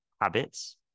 habits